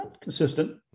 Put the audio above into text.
consistent